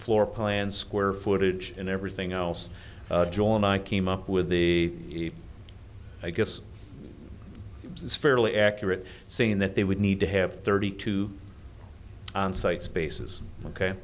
floor plan square footage and everything else joy and i came up with the i guess it's fairly accurate saying that they would need to have thirty two onsite spaces